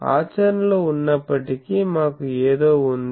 ఆచరణలో ఉన్నప్పటికీ మాకు ఏదో ఉంది